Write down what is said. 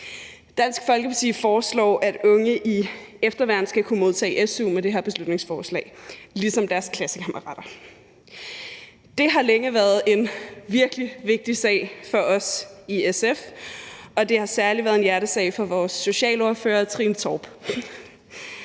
beslutningsforslag, at unge i efterværn skal kunne modtage su ligesom deres klassekammerater. Det har længe været en virkelig vigtig sag for os i SF, og det har særlig været en hjertesag for vores socialordfører, Trine Torp.